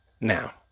Now